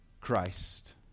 Christ